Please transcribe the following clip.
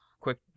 Quick